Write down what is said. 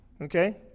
okay